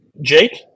Jake